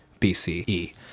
BCE